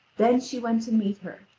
then she went to meet her,